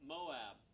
Moab